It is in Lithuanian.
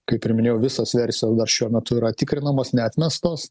kaip ir minėjau visos versijos dar šiuo metu yra tikrinamos neatmestos